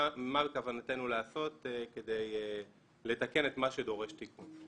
בכוונתנו לעשות כדי לתקן את מה שדורש תיקון.